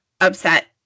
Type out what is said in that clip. upset